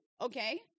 okay